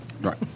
Right